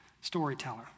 storyteller